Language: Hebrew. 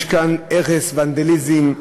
יש כאן הרס, ונדליזם,